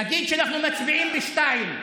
נגיד שאנחנו מצביעים ב-02:00,